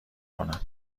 کنم